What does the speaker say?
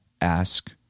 ask